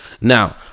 Now